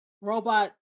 robot